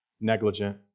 Negligent